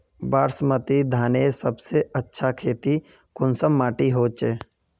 बासमती धानेर सबसे अच्छा खेती कुंसम माटी होचए?